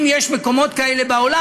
אם יש מקומות כאלה בעולם,